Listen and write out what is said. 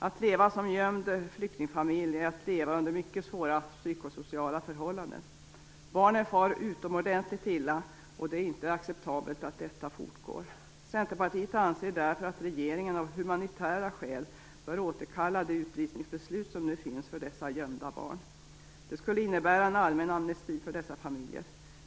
Att leva som gömd flyktingfamilj är att leva under mycket svåra psykosociala förhållanden. Barnen far utomordentligt illa, och det är inte acceptabelt att detta fortgår. Centerpartiet anser därför att regeringen av humanitära skäl bör återkalla de utvisningsbeslut som nu finns för dessa gömda barn. Det skulle innebära en allmän amnesti för dessa familjer.